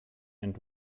and